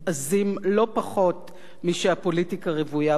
לא פחות משהפוליטיקה רוויה בהם היום,